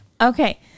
Okay